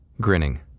grinning